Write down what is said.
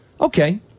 okay